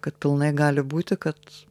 kad pilnai gali būti kad